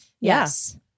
yes